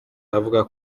avuga